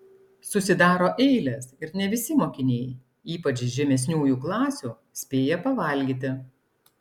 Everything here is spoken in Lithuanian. susidaro eilės ir ne visi mokiniai ypač žemesniųjų klasių spėja pavalgyti